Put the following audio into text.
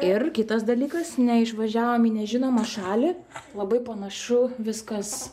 ir kitas dalykas neišvažiavom į nežinomą šalį labai panašu viskas